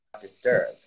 Disturb